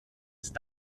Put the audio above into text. ist